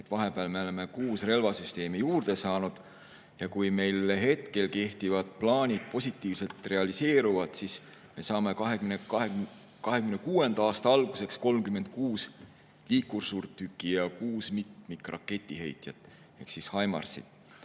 Vahepeal oleme 6 relvasüsteemi juurde saanud. Ja kui meil hetkel kehtivad plaanid positiivselt realiseeruvad, siis me saame 2026. aasta alguseks 36 liikursuurtükki ja 6 mitmikraketiheitjat ehk HIMARS‑it.